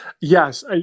Yes